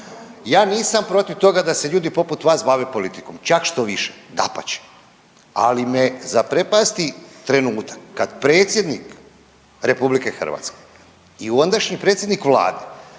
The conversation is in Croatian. Ja nisam protiv toga da se ljudi poput vas bave politikom. Čak štoviše, dapače, ali me zaprepasti trenutak kad predsjednik RH i ondašnji predsjednik Vlade